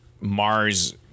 Mars